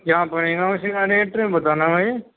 کیا پڑے گا اس کا ریٹ بتانا بھائی